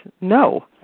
no